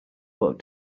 but